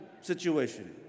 situation